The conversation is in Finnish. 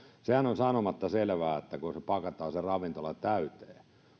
sehän on sanomatta selvää että kun pakataan se ravintola täyteen